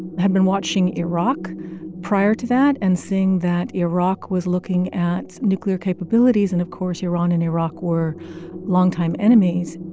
had been watching iraq prior to that and seeing that iraq was looking at nuclear capabilities and, of course, iran and iraq were longtime enemies.